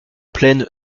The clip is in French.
plaine